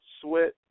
sweat